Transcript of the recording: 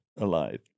alive